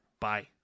Bye